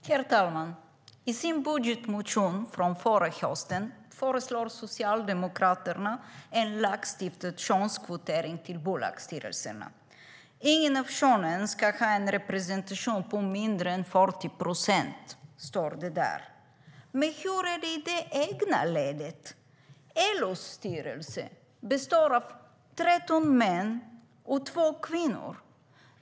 Herr talman! Socialdemokraterna föreslog i sin budgetmotion förra hösten en lagstiftad könskvotering till bolagsstyrelserna. Ingen styrelse ska ha en representation med mindre än 40 procent kvinnor står det där. Men hur är det i det egna ledet? LO:s styrelse består av 13 män och 2 kvinnor.